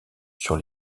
sur